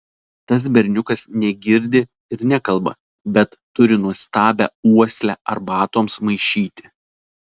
tas berniukas negirdi ir nekalba bet turi nuostabią uoslę arbatoms maišyti